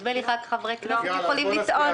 נדמה לי רק חברי כנסת יכולים לטעון.